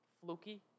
fluky